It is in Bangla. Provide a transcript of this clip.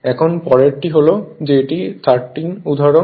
এখন পরেরটি হল যে এটি 13 উদাহরণ